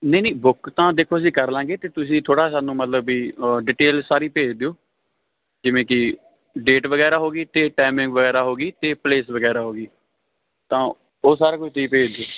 ਨਹੀਂ ਨਹੀਂ ਬੁੱਕ ਤਾਂ ਦੇਖੋ ਜੀ ਕਰ ਲਾਂਗੇ ਤੇ ਤੁਸੀਂ ਥੋੜ੍ਹਾ ਸਾਨੂੰ ਮਤਲਬ ਵੀ ਡਿਟੇਲ ਸਾਰੀ ਭੇਜ ਦਿਓ ਜਿਵੇਂ ਕਿ ਡੇਟ ਵਗੈਰਾ ਹੋ ਗਈ ਅਤੇ ਟਾਈਮਿੰਗ ਵਗੈਰਾ ਹੋ ਗਈ ਅਤੇ ਪਲੇਸ ਵਗੈਰਾ ਹੋ ਗਈ ਤਾਂ ਉਹ ਸਾਰਾ ਕੁਝ ਤੁਸੀਂ ਭੇਜ ਦਿਓ